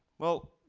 well,